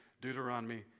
Deuteronomy